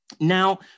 Now